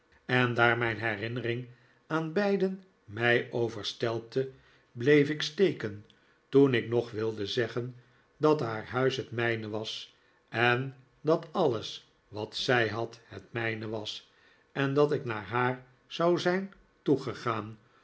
en daar mijn herinnering aan beiden mij overstelpte bleef ik steken toen ik nog wilde zeggen dat haar huis het mijne was en dat alles wat zij had het mijne was en dat ik naar haar zou zijn toegegaan